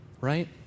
Right